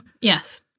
Yes